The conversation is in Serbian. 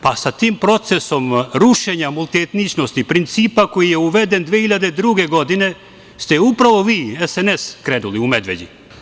Pa, sa tim procesom rušenja multietničnosti, principa koji je uveden 2002. godine ste upravo vi, SNS, krenuli u Medveđi.